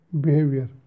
behavior